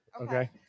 Okay